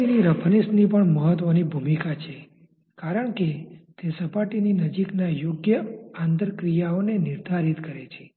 સપાટીની રફનેસની પણ મહત્વની ભૂમિકા છે કારણ કે તે સપાટીની નજીકના યોગ્ય આંતરક્રિયાઓ ને નિર્ધારિત કરે છે